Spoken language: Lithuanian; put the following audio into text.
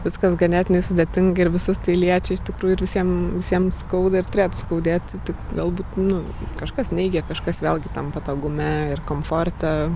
viskas ganėtinai sudėtingi ir visus tai liečia iš tikrųjų ir visiem visiem skauda ir turėtų skaudėti tik galbūt nu kažkas neigia kažkas vėlgi tam patogume ir komforte